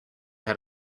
had